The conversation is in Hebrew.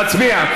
להצביע?